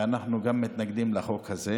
ואנחנו גם מתנגדים לחוק הזה.